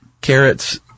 carrots